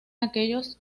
aquellos